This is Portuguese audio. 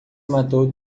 matou